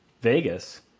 Vegas